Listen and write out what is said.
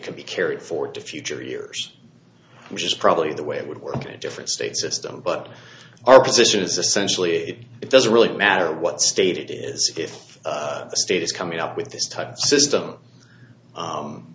can be carried forward to future years which is probably the way it would work in a different state system but our position is essentially it doesn't really matter what state it is if the state is coming up with this type of system